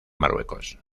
marruecos